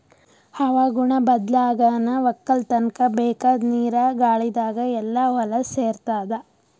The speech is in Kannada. ಹವಾಗುಣ ಬದ್ಲಾಗನಾ ವಕ್ಕಲತನ್ಕ ಬೇಕಾದ್ ನೀರ ಗಾಳಿದಾಗ್ ಎಲ್ಲಾ ಹೊಲಸ್ ಸೇರತಾದ